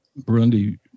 Burundi